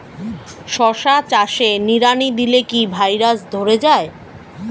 শশা চাষে নিড়ানি দিলে কি ভাইরাস ধরে যায়?